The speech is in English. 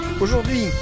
Aujourd'hui